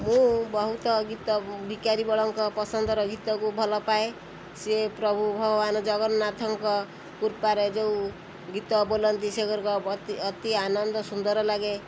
ମୁଁ ବହୁତ ଗୀତ ଭିକାରୀ ବଳଙ୍କ ପସନ୍ଦର ଗୀତକୁ ଭଲ ପାଏ ସିଏ ପ୍ରଭୁ ଭଗବାନ ଜଗନ୍ନାଥଙ୍କ କୃପାରେ ଯେଉଁ ଗୀତ ବୋଲନ୍ତି ସେଗୁଡ଼ିକ ବତି ଅତି ଆନନ୍ଦ ସୁନ୍ଦର ଲାଗେ